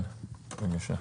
כן, בבקשה.